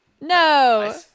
no